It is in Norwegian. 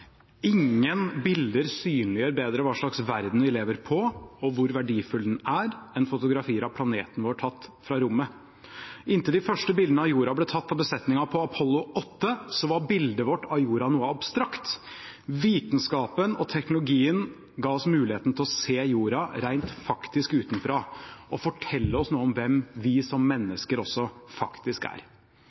Ingen bilder synliggjør bedre hva slags verden vi lever i, og hvor verdifull den er, enn fotografier av planeten vår tatt fra rommet. Inntil de første bildene av jorda ble tatt av besetningen på Apollo 8, var bildet vårt av jorda noe abstrakt. Vitenskapen og teknologien ga oss muligheten til å se jorda rent utenfra og fortelle oss noe om hvem vi som mennesker er.